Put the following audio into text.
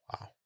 Wow